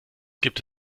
gibt